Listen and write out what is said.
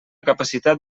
capacitat